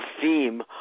theme